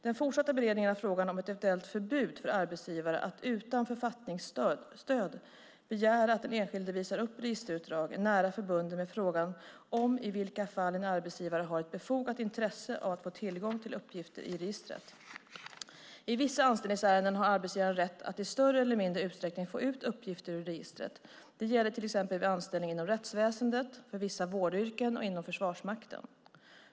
Den fortsatta beredningen av frågan om ett eventuellt förbud för arbetsgivare att utan författningsstöd begära att den enskilde visar upp registerutdrag är nära förbunden med frågan om i vilka fall en arbetsgivare har ett befogat intresse av att få tillgång till uppgifter i registret. I vissa anställningsärenden har arbetsgivare rätt att i större eller mindre utsträckning få ut uppgifter ur registret. Det gäller till exempel vid anställning inom rättsväsendet, för vissa vårdyrken och inom Försvarsmakten.